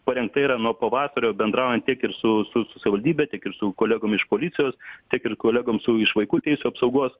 parengta yra nuo pavasario bendraujant tiek ir su su su savivaldybe tiek ir su kolegom iš policijos tiek ir kolegom su iš vaikų teisių apsaugos